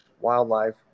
wildlife